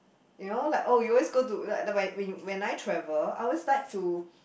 you know like oh you always go to like the when when when I travel I always like to